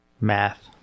Math